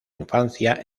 infancia